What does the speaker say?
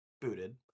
booted